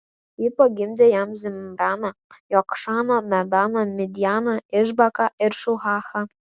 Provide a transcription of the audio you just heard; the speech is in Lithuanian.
ji pagimdė jam zimraną jokšaną medaną midjaną išbaką ir šuachą